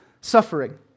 suffering